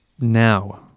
now